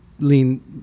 lean